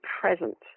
present